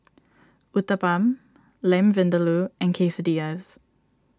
Uthapam Lamb Vindaloo and Quesadillas